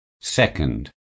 Second